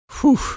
Whew